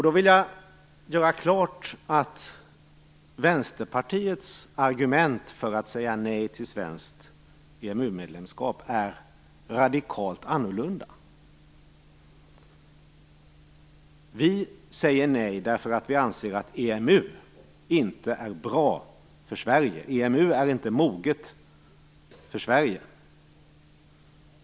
Då vill jag göra klart att Vänsterpartiets argument för att säga nej till svenskt EMU-medlemskap är radikalt annorlunda. Vi säger nej därför att vi anser att EMU inte är bra för Sverige, inte moget för Sverige.